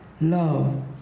love